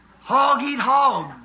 Hog-eat-hog